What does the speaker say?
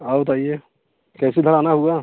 और बताइए कैसे इधर आना हुआ